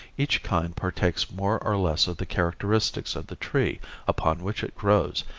each kind partakes more or less of the characteristics of the tree upon which it grows,